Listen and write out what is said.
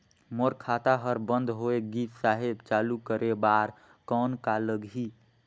मोर खाता हर बंद होय गिस साहेब चालू करे बार कौन का लगही?